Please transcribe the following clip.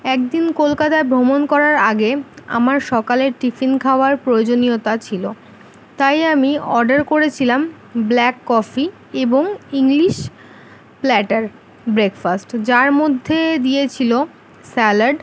এক দিন কলকাতায় ভ্রমণ করার আগে আমার সকালের টিফিন খাওয়ার প্রয়োজনীয়তা ছিলো তাই আমি অর্ডার করেছিলাম ব্ল্যাক কফি এবং ইংলিশ প্ল্যাটার ব্রেকফাস্ট যার মধ্যে দিয়েছিলো স্যালাড